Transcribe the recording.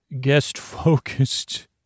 guest-focused